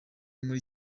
muri